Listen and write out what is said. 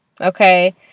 Okay